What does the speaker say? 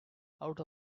out